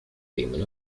demon